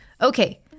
Okay